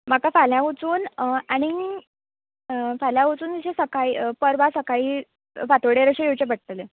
म्हाका फाल्यां वचून आनी फाल्यां वचून अशें सकाळीं पर्वा सकाळीं फांतोडेर अशें येवचें पडटलें